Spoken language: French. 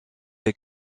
les